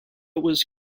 was